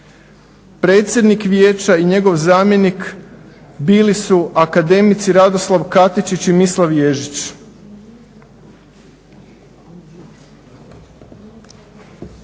Predsjednik vijeća i njegov zamjenik bili su akademici Radoslav Katičić i Mislav Ježić.